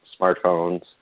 smartphones